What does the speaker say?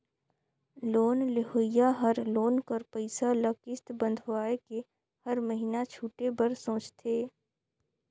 loan लेहोइया हर loan कर पइसा ल किस्त बंधवाए के हर महिना छुटे बर सोंचथे